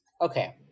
okay